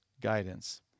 guidance